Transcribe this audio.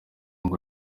ngo